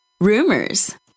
rumors